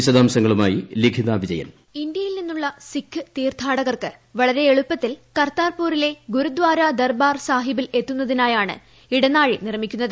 വിശദാംശങ്ങളുമായി ലിഖിത വിജയൻ വോയിസ് ഇന്ത്യയിൽ നിന്നുള്ള ൃ സ്ലിഖ് തീർത്ഥാടകർക്ക് വളരെ എളുപ്പത്തിൽ കർതാർപ്പൂരില്ലെ ഗുരുദാര ദർബാർ സാഹിബിൽ എത്തുന്നതിനായാണ് ഇടനാഴി നിർമ്മിക്കുന്നത്